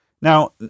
Now